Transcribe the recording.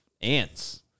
ants